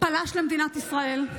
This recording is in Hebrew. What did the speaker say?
פלש למדינת ישראל,